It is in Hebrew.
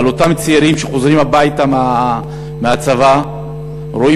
אבל אותם צעירים שחוזרים הביתה מהצבא רואים